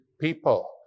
people